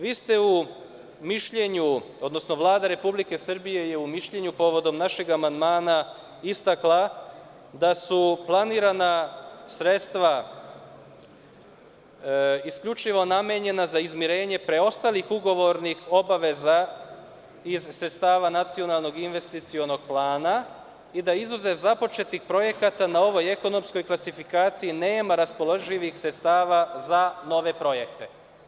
Vi ste u mišljenju, odnosno Vlada Republike Srbije je u mišljenju povodom našeg amandmana istakla da su planirana sredstva isključivo namenjena za izmirenje preostalih ugovornih obaveza iz sredstava Nacionalnog investicionog plana i da izuzev započetih projekata, na ovoj ekonomskoj klasifikaciji nema raspoloživih sredstava za nove projekte.